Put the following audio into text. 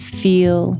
feel